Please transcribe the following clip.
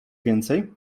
więcej